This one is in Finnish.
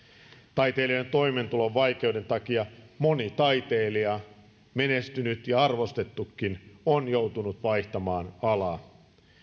taiteilijoiden toimeentulovaikeuden takia moni taiteilija menestynyt ja arvostettukin on joutunut vaihtamaan alaa